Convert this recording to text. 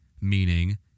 meaning